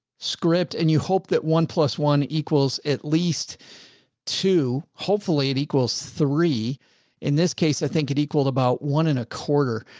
script. and you hope that one plus one equals at least two. hopefully it equals three in this case. i think it equal about one in a quarter.